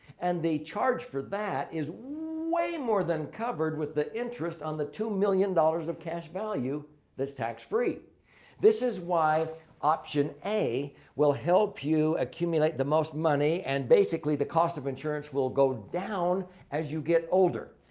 and the charge for that is way more than covered with the interest on the two million dollars of cash value that's tax-free this is why option a will help you accumulate the most money and basically the cost of insurance will go down as you get older.